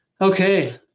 Okay